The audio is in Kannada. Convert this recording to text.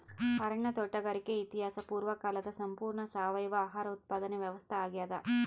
ಅರಣ್ಯ ತೋಟಗಾರಿಕೆ ಇತಿಹಾಸ ಪೂರ್ವಕಾಲದ ಸಂಪೂರ್ಣ ಸಾವಯವ ಆಹಾರ ಉತ್ಪಾದನೆ ವ್ಯವಸ್ಥಾ ಆಗ್ಯಾದ